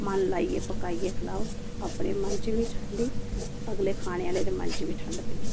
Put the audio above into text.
मन लाइयै पकाइयै खलाओ अपने मन च बी ठंडी अगले खाने आह्ले दे मन च बी ठंड पेई जाए